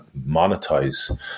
monetize